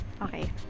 Okay